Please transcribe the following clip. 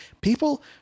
People